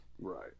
Right